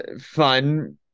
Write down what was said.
fun